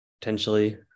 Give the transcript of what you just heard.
potentially